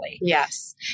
Yes